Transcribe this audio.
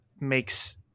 makes